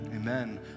Amen